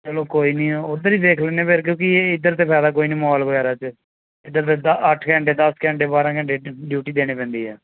ਚਲੋ ਕੋਈ ਨਹੀਂ ਉੱਧਰ ਹੀ ਦੇਖ ਲੈਂਦੇ ਫਿਰ ਕਿਉਂਕਿ ਇਹ ਇੱਧਰ ਤਾਂ ਫਾਇਦਾ ਕੋਈ ਨਹੀਂ ਮੋਲ ਵਗੈਰਾ 'ਚ ਇੱਧਰ ਸਿੱਧਾ ਅੱਠ ਘੰਟੇ ਦਸ ਘੰਟੇ ਬਾਰਾਂ ਘੰਟੇ ਡੀ ਡਿਊਟੀ ਦੇਣੇ ਪੈਂਦੀ ਹੈ